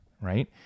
right